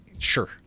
Sure